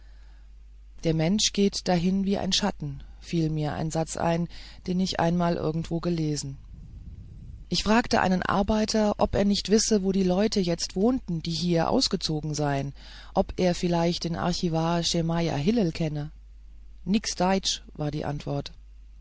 der mensch geht dahin wie ein schatten fiel mir ein satz ein den ich einmal irgendwo gelesen ich fragte einen arbeiter ob er nicht wisse wo die leute jetzt wohnten die hier ausgezogen seien ob er vielleicht den archivar schemajah hillel kenne nix daitsch war die antwort